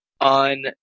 on